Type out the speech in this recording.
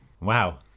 Wow